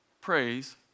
Praise